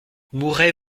mouret